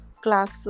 class